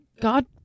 God